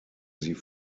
sie